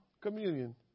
communion